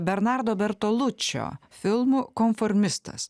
bernardo bertolučio filmu konformistas